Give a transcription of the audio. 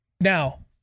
Now